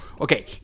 Okay